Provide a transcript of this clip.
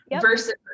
versus